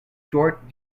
short